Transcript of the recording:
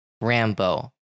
Rambo